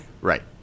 Right